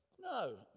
no